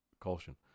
caution